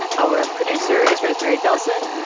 our producer is rosemary bellson.